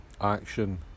action